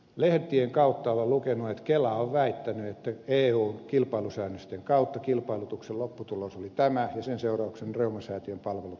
lehtien kautta olen lukenut että kela on väittänyt että eun kilpailusäännösten kautta kilpailutuksen lopputulos oli tämä ja sen seurauksena reumasäätiön palvelut loppuivat